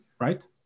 right